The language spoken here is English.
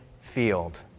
field